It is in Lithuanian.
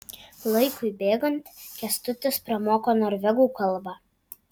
laikui bėgant kęstutis pramoko norvegų kalbą